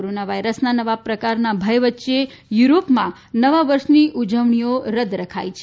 corona વાયરસના નવા પ્રકારના ભય વચ્ચે યુરોપમાં નવા વર્ષની ઉજવણીઓ રદ રખાઇ છે